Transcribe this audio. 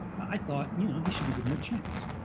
i thought, and you know, he should be given a chance.